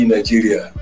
Nigeria